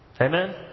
Amen